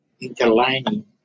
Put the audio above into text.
Interlining